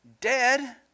dead